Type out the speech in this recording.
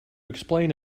explain